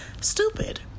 stupid